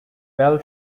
bell